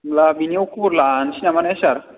होनब्ला बिनियाव खबर लानोसै नामा ना सार